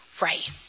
right